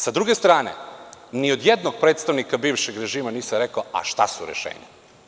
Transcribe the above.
S druge strane, ni od jednog predstavnika bivšeg režima nisam rekao – a šta su rešenja?